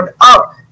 up